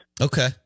Okay